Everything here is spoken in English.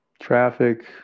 traffic